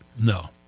no